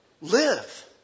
Live